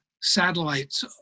satellites